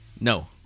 no